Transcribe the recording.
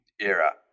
era